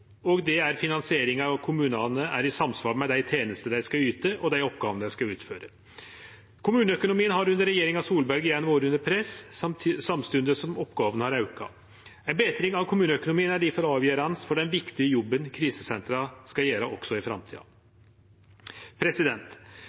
finansieringa av kommunane er i samsvar med dei tenestene dei skal yte, og dei oppgåvene dei skal utføre. Kommuneøkonomien har under regjeringa Solberg igjen vore under press, samstundes som oppgåvene har auka. Ei betring av kommuneøkonomien er difor avgjerande for den viktige jobben krisesentra skal gjere også i framtida.